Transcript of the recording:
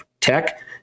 Tech